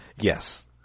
Yes